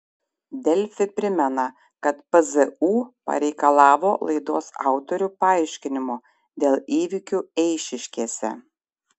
delfi primena kad pzu pareikalavo laidos autorių paaiškinimo dėl įvykių eišiškėse